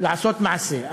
לעשות מעשה.